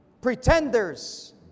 pretenders